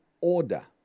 order